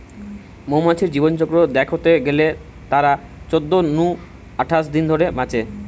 মৌমাছির জীবনচক্র দ্যাখতে গেলে তারা চোদ্দ নু আঠাশ দিন ধরে বাঁচে